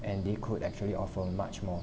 and they could actually offer much more